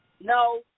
No